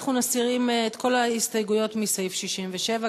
אנחנו מסירים את כל ההסתייגויות בסעיף 67,